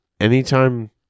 anytime